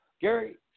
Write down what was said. Gary